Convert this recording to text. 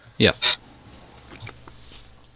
Yes